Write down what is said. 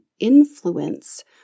Influence